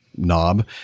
knob